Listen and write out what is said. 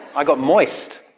i got moist.